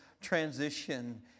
transition